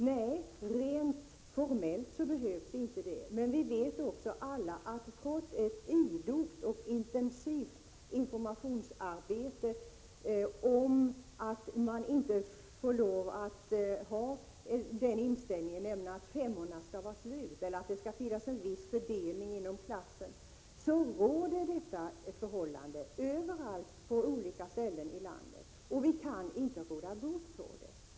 Nej, rent formellt behövs det inte något beslut, men vi vet också att trots ett idogt och intensivt informationsarbete om att man inte får lov att ha inställningen att femmorna är slut och att det skall vara en viss fördelning inom klassen, så råder detta förhållande på olika ställen i landet, och vi kan inte råda bot på det.